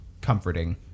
comforting